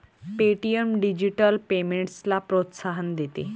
Paytm digital पेमेंट्सला प्रोत्साहन देते